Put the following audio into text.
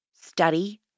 study